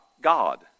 God